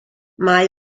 mae